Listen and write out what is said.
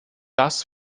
das